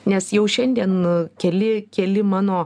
nes jau šiandien keli keli mano